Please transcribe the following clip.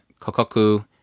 Kokoku